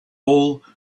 all